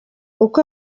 uko